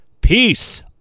peace